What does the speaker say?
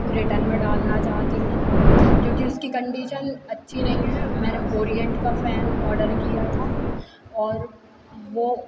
written में डालना चाहती हूँ क्योंकि उसकी कंडीशन अच्छी नहीं है मैंने ओरियंट का फ़ैन ऑर्डर किया था और वो